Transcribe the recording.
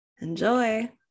Enjoy